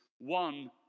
one